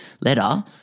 letter